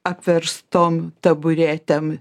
apverstom taburetėm